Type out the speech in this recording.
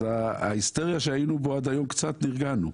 אז ההיסטריה שהיינו בה עד היום קצת נרגעה.